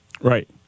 Right